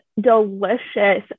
delicious